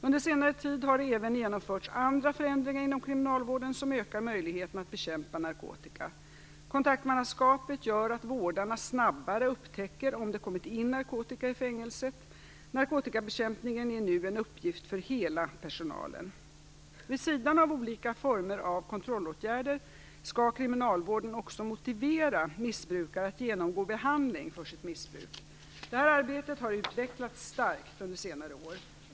Under senare tid har det även genomförts andra förändringar inom kriminalvården som ökar möjligheterna att bekämpa narkotika. Kontaktmannaskapet gör att vårdarna snabbare upptäcker om det kommit in narkotika i fängelset. Narkotikabekämpningen är nu en uppgift för hela personalen. Vid sidan av olika former av kontrollåtgärder skall kriminalvården också motivera missbrukare att genomgå behandling för sitt missbruk. Detta arbete har utvecklats starkt under senare år.